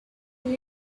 will